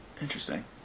interesting